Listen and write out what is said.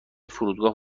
فرودگاه